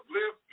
live